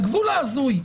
היינו,